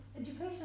education